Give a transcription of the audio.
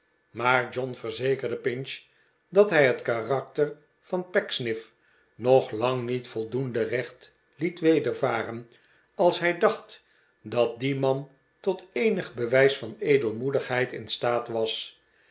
maar john verzekerde pinch dat hij het karakter van pecksniff nog lang niet voldoende recht liet wedervaren als hij dacht dat die man tot eenig bewijs van edelmoedigheid in staat was